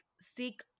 seek